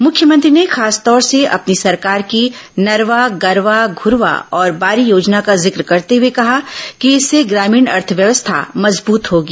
मुख्यमंत्री ने खासतौर से अपनी सरकार की नरवा गरवा घूरवा और बारी योजना का जिक्र करते हुए कहा कि इससे ग्रामीण अर्थव्यवस्था मजबूत होगी